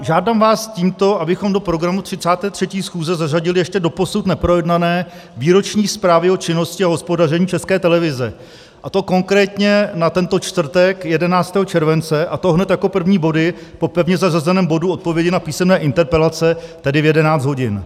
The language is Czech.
Žádám vás tímto, abychom do programu 33. schůze zařadili ještě doposud neprojednané výroční zprávy o činnosti a hospodaření České televize, a to konkrétně na tento čtvrtek 11. července, a to hned jako první body po pevně zařazeném bodu odpovědi na písemné interpelace, tedy v 11 hodin.